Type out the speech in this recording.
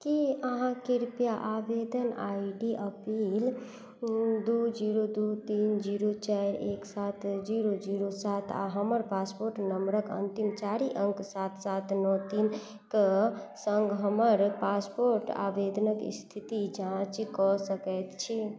की अहाँ कृपया आवेदन I D A P L दू जीरो दू तीन जीरो चारि एक सात जीरो जीरो सात आ हमर पासपोर्ट नम्बरक अन्तिम चारि अङ्कक सङ्ग हमर पासपोर्ट आवेदनक स्थितिक जाँच कऽ सकैत छी